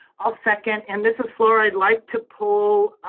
i'll second. and mrs. flour i'd like to pull